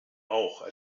auch